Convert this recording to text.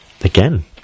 again